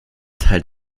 teil